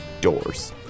doors